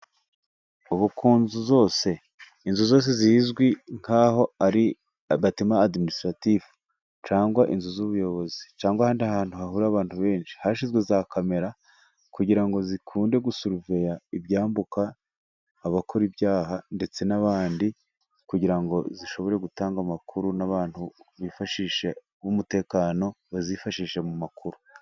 Ubu ku nzu zose, inzu zose zizwi nk'aho ari agatema adiminisitarative cyangwa inzu z'ubuyobozi cyangwa ahandi hantu hahurira abantu benshi, hashyizwe za kamera kugira ngo zikunde gusuraveya ibyambuka, abakora ibyaha ndetse n'abandi kugira ngo zishobore gutanga amakuru, n'abantu bifashi b'umutekano bazifashishije mu makuru.